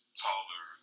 taller